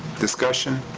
discussion?